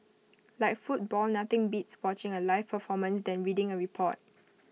like football nothing beats watching A live performance than reading A report